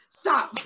stop